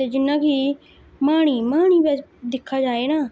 ते जि'यां कि माह्नी माह्नी दिक्खेआ जाए ना